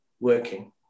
working